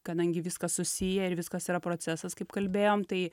kadangi viskas susiję ir viskas yra procesas kaip kalbėjom tai